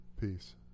Peace